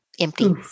empty